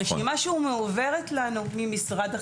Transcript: רשימה שמועברת לנו ממשרד החינוך.